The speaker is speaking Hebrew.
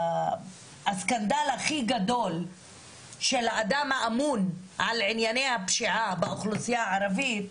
הסקנדל הכי גדול של אדם אמון על ענייני הפשיעה באוכלוסיה הערבית,